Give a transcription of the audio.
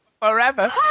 forever